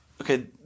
Okay